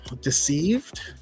Deceived